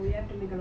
mmhmm